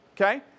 okay